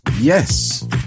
Yes